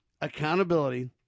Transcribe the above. accountability